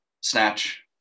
snatch